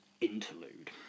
interlude